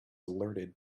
alerted